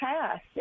past